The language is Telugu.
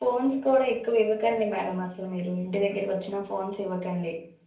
ఫోన్స్ కూడా ఎక్కువ ఇవ్వకండి మేడం అసలు మీరు ఇంటిదగ్గరకొచ్చిన ఫోన్స్ ఇవ్వకండి